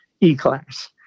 E-Class